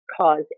cause